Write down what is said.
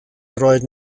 droed